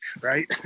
Right